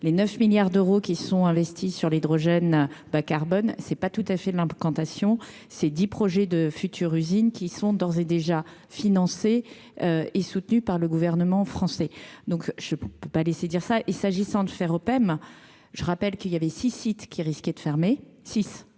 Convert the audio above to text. les 9 milliards d'euros qui sont investis sur l'hydrogène bas-carbone c'est pas tout à fait Limp quant à Sion ces 10 projets de futures usines qui sont d'ores et déjà financés et soutenus par le gouvernement français, donc je peux pas laisser dire ça et s'agissant de faire Open, je rappelle qu'il y avait 6 sites qui risquait de fermer six